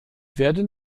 werden